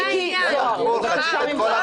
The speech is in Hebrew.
מיקי זוהר, בבקשה ממך.